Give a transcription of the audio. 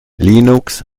linux